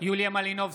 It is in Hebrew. יוליה מלינובסקי,